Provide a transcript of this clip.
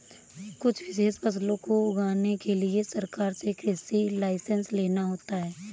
कुछ विशेष फसलों को उगाने के लिए सरकार से कृषि लाइसेंस लेना होता है